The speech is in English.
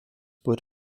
wood